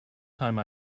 time